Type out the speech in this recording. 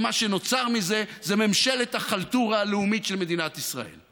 ומה שנוצר מזה זה ממשלת החלטורה הלאומית של מדינת ישראל.